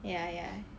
ya ya